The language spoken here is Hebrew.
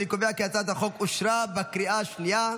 אני קובע כי הצעת החוק אושרה בקריאה השנייה.